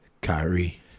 Kyrie